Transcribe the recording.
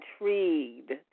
intrigued